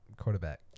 quarterback